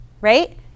right